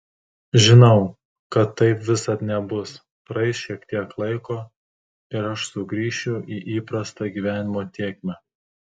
žinau kad taip visad nebus praeis šiek tiek laiko ir aš sugrįšiu į įprastą gyvenimo tėkmę